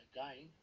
Again